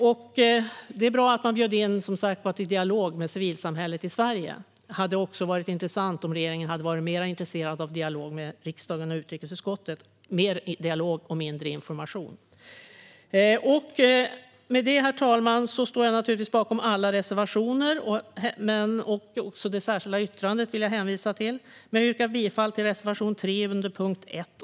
Det är som sagt bra att man bjöd in till dialog med civilsamhället i Sverige. Det hade också varit bra om regeringen varit mer intresserad av dialog med riksdagen och utrikesutskottet - mer av dialog och mindre av information. Herr talman! Jag står naturligtvis bakom alla våra reservationer, och jag vill hänvisa till det särskilda yttrandet. Men jag yrkar bifall endast till reservation 3 under punkt 1.